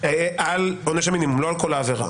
על עונש המינימום, לא על כל העבירה.